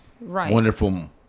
wonderful